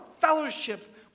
fellowship